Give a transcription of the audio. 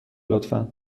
لطفا